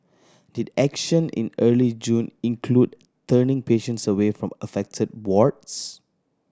did action in early June include turning patients away from affected wards